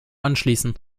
anschließen